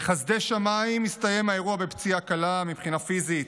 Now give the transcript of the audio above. בחסדי שמיים הסתיים האירוע בפציעה קלה מבחינה פיזית,